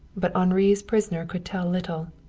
but henri's prisoner could tell little.